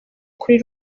kuri